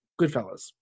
Goodfellas